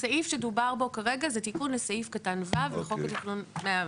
הסעיף שדובר בו כרגע זה תיקון לסעיף קטן (ו) לחוק התכנון והבנייה.